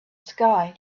sky